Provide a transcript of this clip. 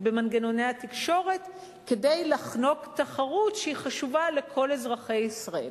במנגנוני התקשורת כדי לחנוק תחרות שהיא חשובה לכל אזרחי ישראל.